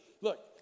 look